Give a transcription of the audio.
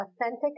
authentic